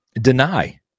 deny